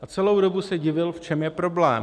A celou dobu se divil, v čem je problém.